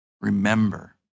Remember